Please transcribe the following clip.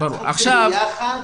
לפעול ביחד.